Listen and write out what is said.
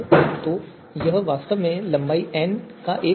तो यह वास्तव में लंबाई n का एक सदिश है